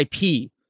ip